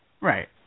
right